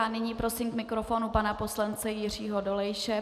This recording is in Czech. Nyní prosím k mikrofonu pana poslance Jiřího Dolejše.